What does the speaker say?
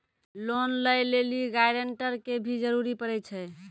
Loan लै लेली guarantor के भी जरूरी पड़ै छै?